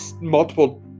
multiple